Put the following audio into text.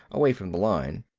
away from the line.